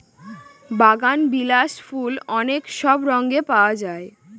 বাগানবিলাস ফুল অনেক সব রঙে পাওয়া যায়